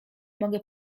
mogę